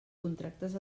contractes